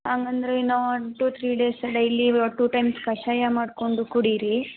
ಹಾಗಾದರೆ ಇನೂ one two three days daily two times ಕಷಾಯ ಮಾಡಿಕೊಂಡು ಕುಡಿಯಿರಿ